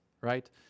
right